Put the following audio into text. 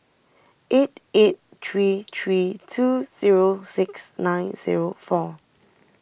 eight eight three three two zero six nine zero four